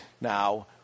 Now